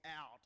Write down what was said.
out